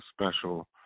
special